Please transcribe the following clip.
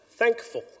Thankful